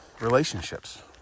relationships